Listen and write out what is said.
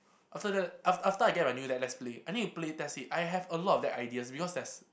after that after after I get my new deck let's play I need to play test it I have a lot of deck ideas because there's